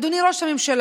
אדוני ראש הממשלה,